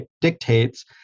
dictates